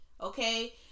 okay